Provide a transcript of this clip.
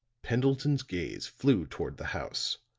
pendleton's gaze flew toward the house.